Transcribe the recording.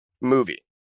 movie